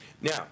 Now